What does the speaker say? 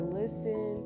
listen